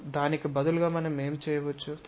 దానికి బదులుగా మనం ఏమి చేయవచ్చు